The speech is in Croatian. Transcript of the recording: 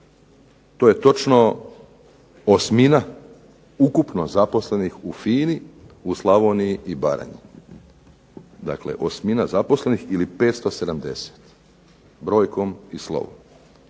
to je točno osmina ukupno zaposlenih u FINA-i u Slavoniji i Baranji. Dakle osmina zaposlenih ili 570, brojkom i slovom,